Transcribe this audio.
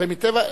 הרי מטבע,